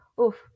Oof